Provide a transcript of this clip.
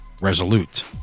resolute